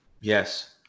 Yes